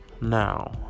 Now